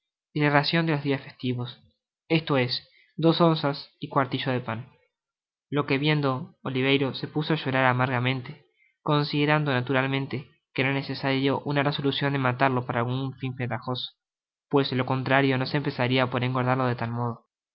racion de los dias festivos esto es dos onzas y cuartillo de pan lo que viendo oliverio se puso á llorar amargamente considerando naturalmente que era necesario una resolución de matarlo para algun fin ventajoso pues de lo contrario no se empezaria por engordarlo de tal modo